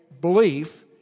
belief